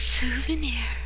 souvenir